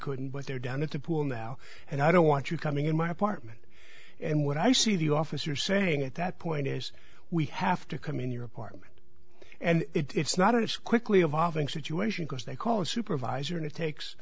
couldn't but they're down at the pool now and i don't want you coming in my apartment and what i see the officer saying at that point is we have to come in your apartment and it's not as quickly evolving situation because they call a supervisor and it takes